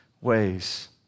ways